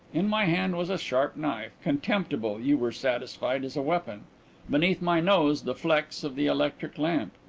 in my hand was a sharp knife contemptible, you were satisfied, as a weapon beneath my nose the flex of the electric lamp.